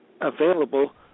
available